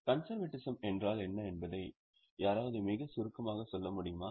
conservatism என்றால் என்ன என்பதை யாராவது மிக சுருக்கமாக சொல்ல முடியுமா